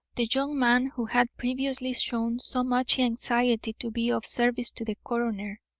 the young man who had previously shown so much anxiety to be of service to the coroner.